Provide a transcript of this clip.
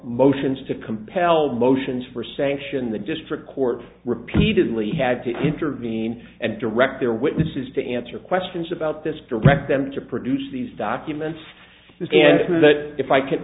motions to compel motions for sanction the district court repeatedly had to intervene and direct their witnesses to answer questions about this direct them to produce these documents and that if i c